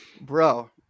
Bro